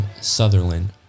Sutherland